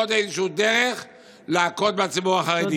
עוד איזושהי דרך להכות בציבור החרדי.